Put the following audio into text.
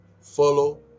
follow